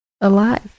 Alive